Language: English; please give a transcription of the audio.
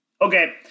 Okay